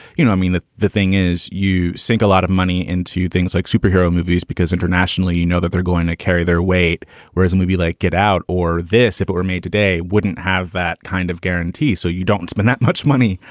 you know, i mean, the the thing is, you sink a lot of money into things like superhero movies, because internationally, you know that they're going to carry their weight whereas a movie like get out or this, if it were me today, wouldn't have that kind of guarantee. so you don't spend that much money.